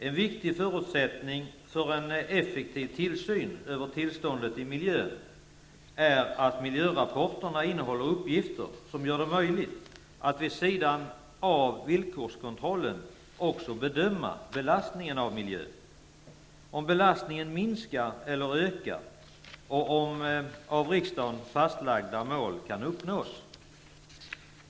En viktig förutsättning för en effektiv tillsyn över tillståndet i miljön är att miljörapporterna innehåller uppgifter som gör det möjligt att vid sidan av villkorskontrollen också bedöma belastningen på miljön, om belastningen minskar eller ökar och om av riksdagen fastlagda mål kan uppnås.